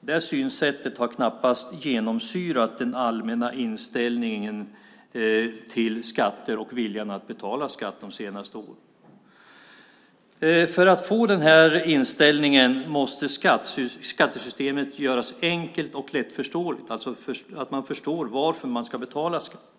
Det synsättet har knappast genomsyrat den allmänna inställningen till skatter och viljan att betala skatt de senaste åren. För att få den här inställningen måste skattesystemet göras enkelt och lättförståeligt. Man måste alltså förstå varför man ska betala skatt.